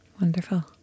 Wonderful